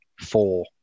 four